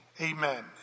amen